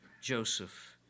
Joseph